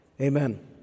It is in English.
Amen